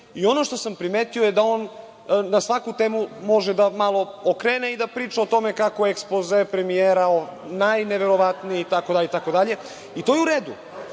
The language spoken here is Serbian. i ono što sam primetio je da on na svaku temu može da priča o tome kako je ekspoze premijera najneverovatniji, itd, itd. I to je u redu,